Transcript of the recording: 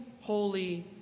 holy